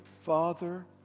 father